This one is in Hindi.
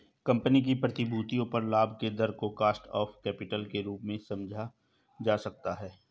कंपनी की प्रतिभूतियों पर लाभ के दर को कॉस्ट ऑफ कैपिटल के रूप में समझा जा सकता है